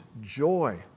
joy